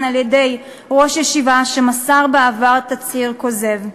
על-ידי ראש ישיבה שמסר בעבר תצהיר כוזב.